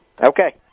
Okay